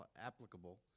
applicable